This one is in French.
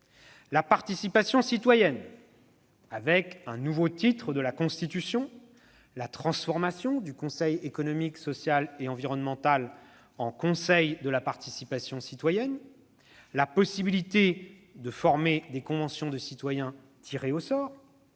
la participation citoyenne, avec un nouveau titre dans la Constitution, la transformation du Conseil économique, social et environnemental en conseil de la participation citoyenne, la possibilité de former des conventions de citoyens tirés au sort,